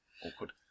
Awkward